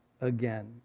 again